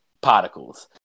particles